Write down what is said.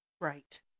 Right